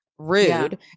Rude